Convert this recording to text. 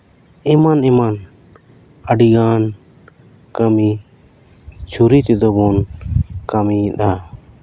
ᱮᱢᱟᱱ ᱮᱢᱟᱱ ᱟᱹᱰᱤ ᱜᱟᱱ ᱠᱟᱹᱢᱤ ᱪᱷᱩᱨᱤ ᱛᱮᱫᱚ ᱵᱚᱱ ᱠᱟᱹᱢᱤᱭᱮᱫᱟ